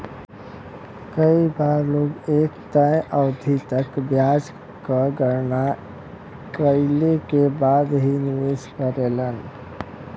कई बार लोग एक तय अवधि तक ब्याज क गणना कइले के बाद ही निवेश करलन